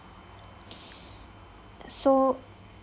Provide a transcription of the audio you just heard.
so